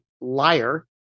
liar